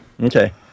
Okay